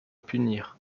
punir